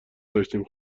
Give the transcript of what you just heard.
داشتیم